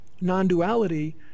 non-duality